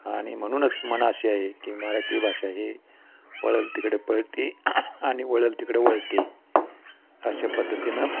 आणि म्हणूनच म्हण अशी आहे की मराठी भाषा ही पळेल तिकडे पळते आणि वळेल तिकडे वळते अशा पद्धतीनं